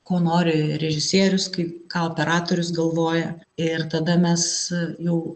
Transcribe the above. ko nori režisierius kai ką operatorius galvoja ir tada mes jau